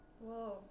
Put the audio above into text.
Whoa